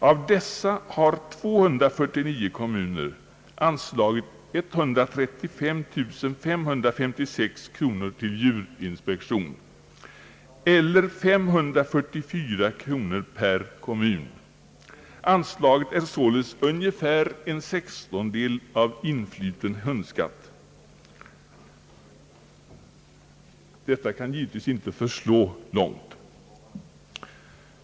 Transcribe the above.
Av dessa har 249 kommuner anslagit 135 556 kronor till djurinspektion, eller 544 kronor per kommun. Anslagen är således ungefär 1/16 av influten hundskatt. Detta kan givetvis inte förslå långt.